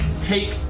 take